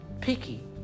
picky